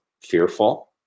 fearful